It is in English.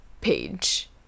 page